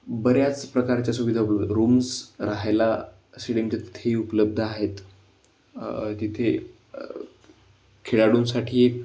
बऱ्याच प्रकारच्या सुविधा रूम्स राहायला स्टेडियमच्या तिथेही उपलब्ध आहेत तिथे खेळाडूंसाठी एक